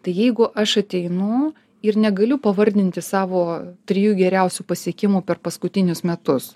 tai jeigu aš ateinu ir negaliu pavardinti savo trijų geriausių pasiekimų per paskutinius metus